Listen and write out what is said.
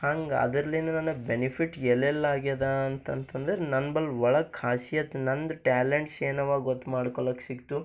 ಹಂಗ ಅದರಲ್ಲಿ ನನಗ ಬೆನಿಫಿಟ್ ಎಲ್ಲೆಲ್ಲಾಗ್ಯದ ಅಂತಂತಂದರ ನನ್ನ ಬಲ್ ಒಳಗ ಖಾಸಿಯತ್ ನಂದು ಟ್ಯಾಲೆಂಟ್ಸ್ ಏನವ ಗೊತ್ತು ಮಾಡ್ಕೊಳಕ್ಕ ಸಿಗ್ತು